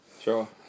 sure